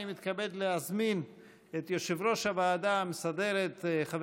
אני מזמין את יושב-ראש הוועדה המסדרת חבר